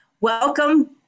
Welcome